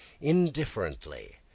indifferently